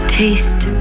taste